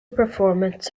performance